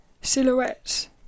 silhouettes